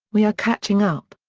we are catching up.